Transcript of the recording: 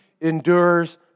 endures